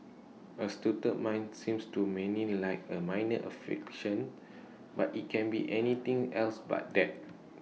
A stutter might seems to many like A minor affliction but IT can be anything else but that